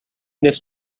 this